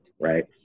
right